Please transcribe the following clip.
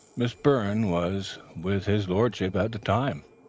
miss byrne was with his lordship at the time.